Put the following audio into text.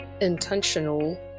intentional